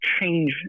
change